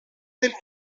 del